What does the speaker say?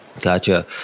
Gotcha